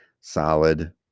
solid